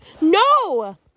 no